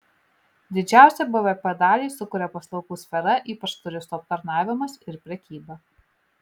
didžiausią bvp dalį sukuria paslaugų sfera ypač turistų aptarnavimas ir prekyba